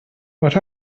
what